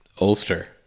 Ulster